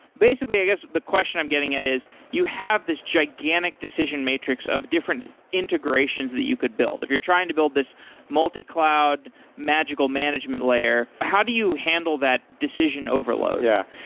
basically, i guess the question i'm getting at is you have this gigantic decision matrix of different integrations that you could build. if you're trying to build this multi-cloud magical management layer, how do you handle that decision overload? yeah.